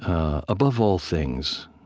ah above all things,